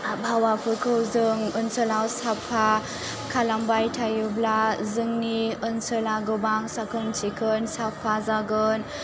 आबहावाफोरखौ जों ओनसोलाव साफा खालामबाय थायोब्ला जोंनि ओनसोला गोबां साखोन सिखोन साफा जागोन